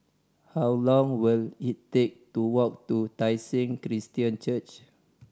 how long will it take to walk to Tai Seng Christian Church